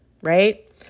right